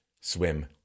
swim